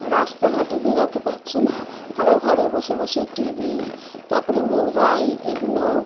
রাস্তাঘাটে বেরোতে পারছে না তারা ঘরে বসে বসে টিভি তার পরে মোবাইল এগুলো